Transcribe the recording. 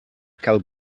cal